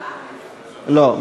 לא.